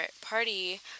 party